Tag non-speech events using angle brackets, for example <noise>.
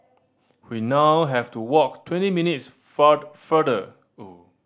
we now have to walk twenty minutes <unintelligible> farther <unintelligible>